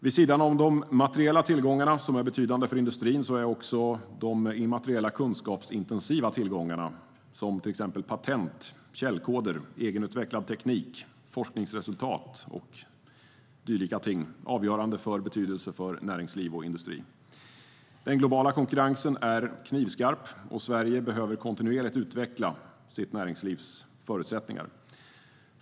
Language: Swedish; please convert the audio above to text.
Vid sidan om de materiella tillgångarna, som är betydande för industrin, har också de immateriella kunskapsintensiva tillgångarna såsom patent, källkoder, egenutvecklad teknik, forskningsresultat och dylika ting avgörande betydelse för näringsliv och industri. Den globala konkurrensen är knivskarp, och Sverige behöver kontinuerligt utveckla sitt näringslivs förutsättningar.